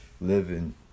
living